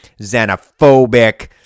xenophobic